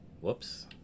Whoops